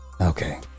Okay